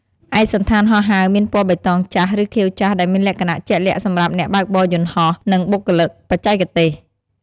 ឯកសណ្ឋានហោះហើរមានពណ៌បៃតងចាស់ ឬខៀវចាស់ ដែលមានលក្ខណៈជាក់លាក់សម្រាប់អ្នកបើកបរយន្តហោះ និងបុគ្គលិកបច្ចេកទេស។